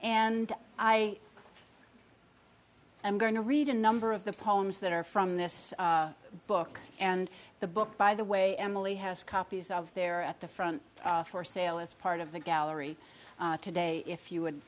and i am going to read a number of the poems that are from this book and the book by the way emily has copies of there at the front for sale as part of the gallery today if you would